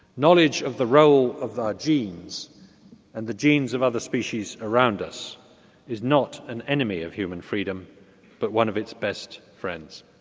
knowledge of the role of our genes and the genes of other species around us is not an enemy of human freedom but one of its best friends.